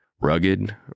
Rugged